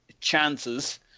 chances